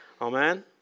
Amen